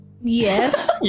Yes